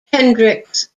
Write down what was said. hendrix